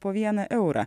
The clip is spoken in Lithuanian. po vieną eurą